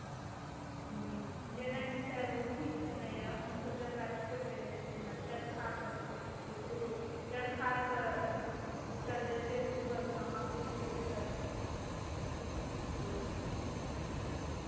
जी जेनाकि सर ओ अथी छलैए हमसभ जकरा छोड़ि देने छियै जेना चरखाके सुनै छियै सेहो चरखासँ जुटल जतेक जुड़ल सामग्री छै सेसभ हँ